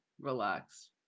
relax